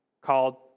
called